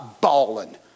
bawling